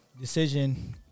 decision